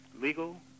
legal